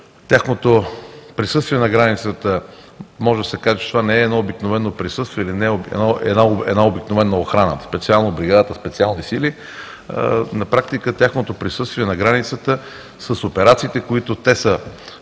тяхното присъствие на границата може да се каже, че това не е едно обикновено присъствие, една обикновена охрана – специално бригадата „Специални сили“, на практика тяхното присъствие на границата с операциите, които те са